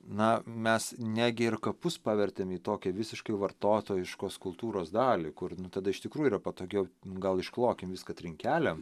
na mes negi ir kapus pavertėm į tokią visiškai vartotojiškos kultūros dalį kur nu tada iš tikrųjų yra patogiau gal išklokim viską trinkelėm